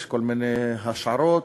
יש כל מיני השערות,